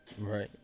right